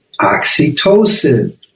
oxytocin